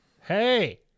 hey